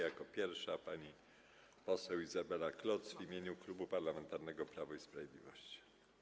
Jako pierwsza pani poseł Izabela Kloc w imieniu Klubu Parlamentarnego Prawo i Sprawiedliwość.